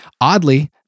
Oddly